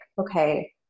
okay